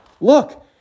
look